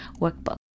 workbook